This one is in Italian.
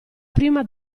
prima